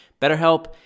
BetterHelp